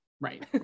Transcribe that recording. right